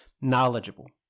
knowledgeable